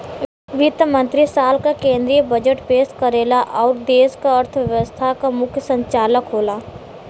वित्त मंत्री साल क केंद्रीय बजट पेश करेला आउर देश क अर्थव्यवस्था क मुख्य संचालक होला